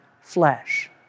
flesh